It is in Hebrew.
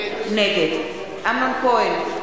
נגד אמנון כהן,